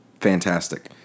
Fantastic